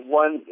one